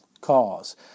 cause